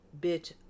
bit